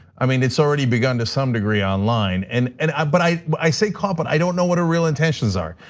i mean, it's already begun to some degree online. and and but i i say caught, but i don't know what her real intentions are.